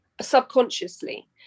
subconsciously